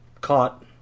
caught